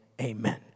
amen